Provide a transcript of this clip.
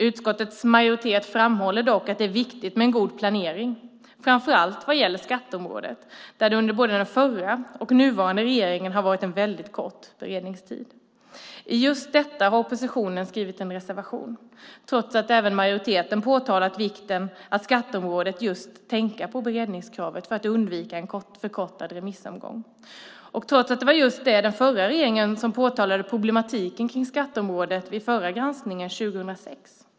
Utskottets majoritet framhåller dock att det är viktigt med god planering, framför allt vad gäller skatteområdet, där det under både föregående och nuvarande regering har varit en väldigt kort beredningstid. Om just detta har oppositionen skrivit en reservation, trots att även majoriteten påtalat vikten av att just på skatteområdet tänka på beredningskravet och att undvika en förkortad remissomgång och trots att det var just den förra regeringen som påtalade problematiken kring skatteområdet vid förra granskningen 2006.